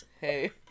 Hey